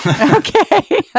Okay